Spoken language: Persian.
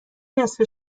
نصفه